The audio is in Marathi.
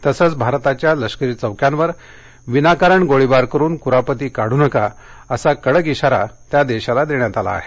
तसंच भारताच्या लष्करी चौक्यांवर विनाकारण गोळीबार करुन क्रापती कादू नका असा कडक इशारा त्या देशाला देण्यात आला आहे